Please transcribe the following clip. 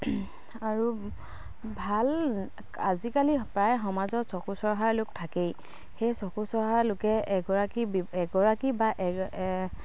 আৰু ভাল আজিকালি প্ৰায় সমাজত চকু চৰহা লোক থাকেই সেই চকু চৰহা লোকে এগৰাকী